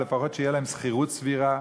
אבל לפחות שתהיה להם שכירות סבירה.